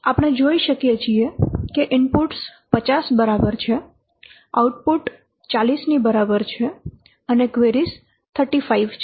આપણે જોઈ શકીએ કે ઇનપુટ્સ 50 બરાબર છે આઉટપુટ 40 ની બરાબર છે અને ક્વેરીઝ 35 છે